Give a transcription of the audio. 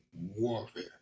warfare